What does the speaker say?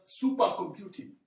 supercomputing